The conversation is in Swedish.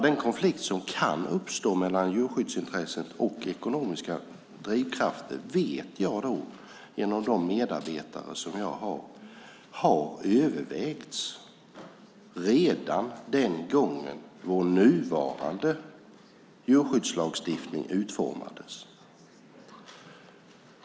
Den konflikt som kan uppstå mellan djurskyddsintresset och ekonomiska drivkrafter vet jag, genom mina medarbetare, övervägdes redan den gången vår nuvarande djurskyddslagstiftning utformades.